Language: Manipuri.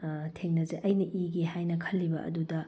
ꯑꯩꯅ ꯏꯒꯦ ꯍꯥꯏꯅ ꯈꯜꯂꯤꯕ ꯑꯗꯨꯗ